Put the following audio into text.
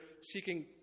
seeking